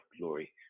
glory